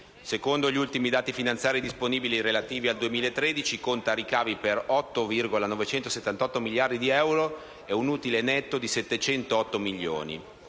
Secondo gli ultimi dati finanziari disponibili, relativi al 2013, essa conta ricavi per 8,978 miliardi di euro ed un utile netto di 708 milioni,